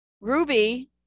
Ruby